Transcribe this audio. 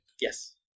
Yes